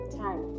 time